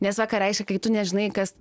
nes va ką reikšia kai tu nežinai kas